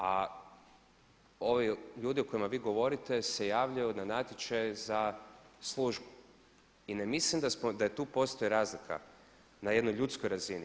A ovi ljudi o kojima vi govorite se javljaju na natječaj za službu i ne mislim da tu postoji razlika na jednoj ljudskoj razini.